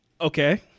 Okay